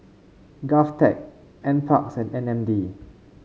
Govtech NParks and M N D